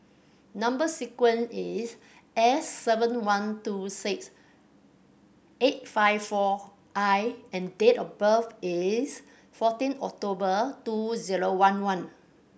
number sequence is S seven one two six eight five four I and date of birth is fourteen October two zero one one